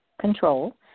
control